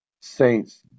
Saints